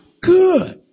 Good